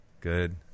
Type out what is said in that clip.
good